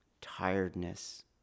tiredness